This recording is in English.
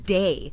day